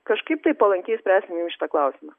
kažkaip tai palankiai spręsim jum šitą klausimą